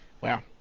wow